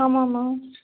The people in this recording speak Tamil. ஆமாம்மா